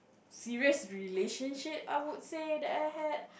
serious relationship I would say that I had